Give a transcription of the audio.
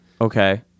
Okay